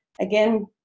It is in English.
again